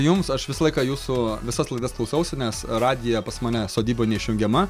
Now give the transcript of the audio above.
jums aš visą laiką jūsų visas laidas klausausi nes radija pas mane sodyboj neišvengiama